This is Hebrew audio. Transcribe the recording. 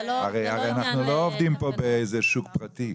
הרי אנחנו לא עובדים פה באיזה שוק פרטי.